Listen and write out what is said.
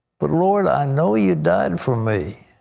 but, lord, i know you died for me.